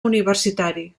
universitari